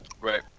Right